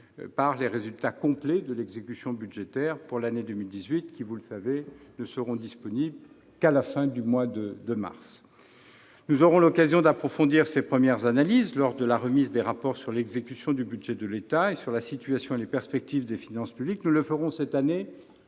par les résultats complets de l'exécution budgétaire pour l'année 2018, qui, comme vous le savez, ne seront disponibles qu'à la fin du mois de mars. Nous aurons l'occasion d'approfondir ces premières analyses lors de la remise des rapports sur l'exécution du budget de l'État et sur la situation et les perspectives des finances publiques. Nous le ferons cette année